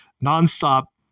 non-stop